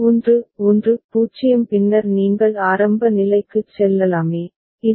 1 1 0 பின்னர் நீங்கள் ஆரம்ப நிலைக்குச் செல்லலாம் a